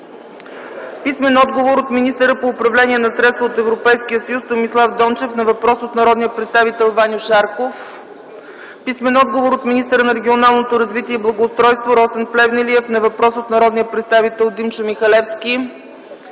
Писмен отговор от министъра по управление на средствата от Европейския съюз Томислав Дончев на въпрос от народния представител Ваньо Шарков. Писмен отговор от министъра на регионалното развитие и благоустройството Росен Плевнелиев на въпрос от народния представител Димчо Михалевски.